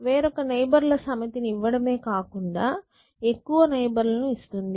వివిధ నైబర్ ల సమితిని ఇవ్వడమే కాకుండా ఎక్కువ నైబర్ లను ఇస్తుంది